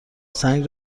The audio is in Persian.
سنگ